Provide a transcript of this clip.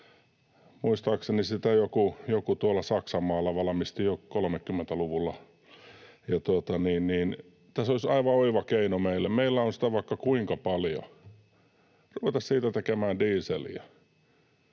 Muistaakseni sitä joku tuolla Saksanmaalla valmisti jo 30-luvulla. Tässä olisi aivan oiva keino meille — meillä on sitä vaikka kuinka paljon — ruveta siitä tekemään dieseliä.